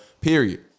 Period